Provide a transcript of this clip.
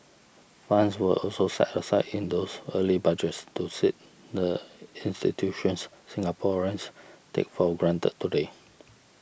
funds were also set aside in those early Budgets to seed the institutions Singaporeans take for granted today